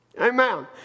Amen